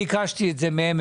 ביקשתי את זה מהם.